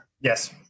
Yes